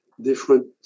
different